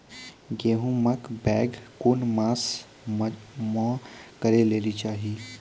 गेहूँमक बौग कून मांस मअ करै लेली चाही?